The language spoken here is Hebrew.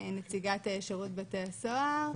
נציגת שירות בתי הסוהר,